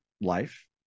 life